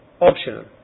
optional